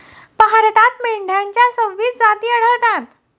भारतात मेंढ्यांच्या सव्वीस जाती आढळतात